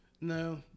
No